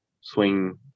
swing